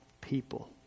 people